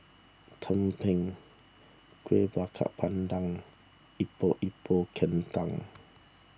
Tumpeng Kueh Bakar Pandan Epok Epok Kentang